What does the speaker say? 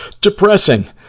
depressing